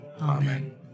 Amen